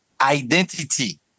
identity